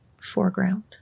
foreground